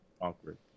awkward